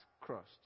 crossed